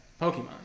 Pokemon